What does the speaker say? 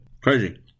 Crazy